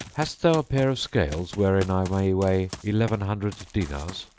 hast thou a pair of scales wherein i may weigh eleven hundred dinars?